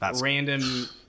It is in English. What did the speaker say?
random